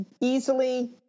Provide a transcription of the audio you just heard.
easily